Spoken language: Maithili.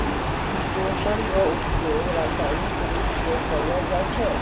किटोसन रो उपयोग रासायनिक रुप से करलो जाय छै